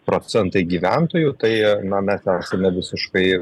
procentai gyventojų tai na mes esame visiškai